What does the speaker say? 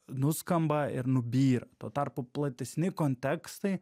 nuskamba ir nubyra tuo tarpu platesni kontekstai